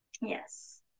Yes